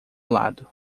lado